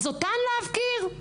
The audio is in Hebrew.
אז אותן להפקיר?